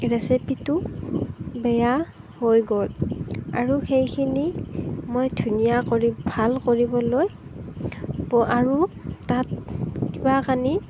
ৰেচিপিটো বেয়া হৈ গ'ল আৰু সেইখিনি মই ধুনীয়া কৰি ভাল কৰিবলৈ আৰু তাত কিবা কানি